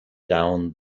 down